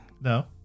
No